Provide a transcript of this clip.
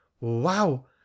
wow